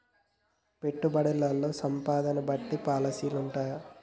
పెట్టుబడుల్లో సంపదను బట్టి పాలసీలు ఉంటయా?